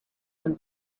den